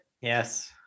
Yes